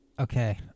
Okay